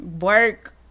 work